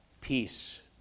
peace